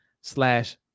slash